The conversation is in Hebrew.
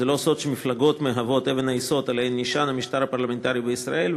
זה לא סוד שמפלגות הן אבן היסוד שעליה נשען המשטר הפרלמנטרי בישראל,